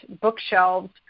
bookshelves